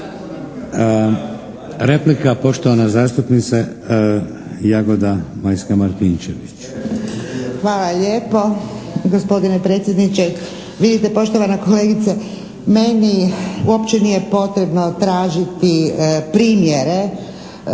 Replika poštovana zastupnica Jagoda Majska-Martinčević.